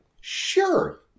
sure